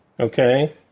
Okay